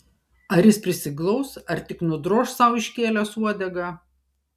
ar jis prisiglaus ar tik nudroš sau iškėlęs uodegą